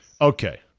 okay